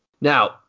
Now